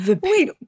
Wait